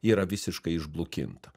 yra visiškai išblukinta